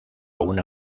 una